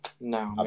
No